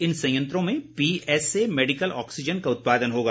इन संयंत्रों में PSA medical oxygen का उत्पादन होगा